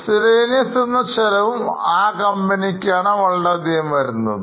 Miscellaneous എന്ന ചെലവും ആ കമ്പനിക്കാണ് വളരെ അധികം വരുന്നത്